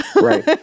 Right